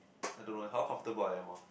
I don't know eh how comfortable I am orh